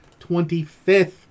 25th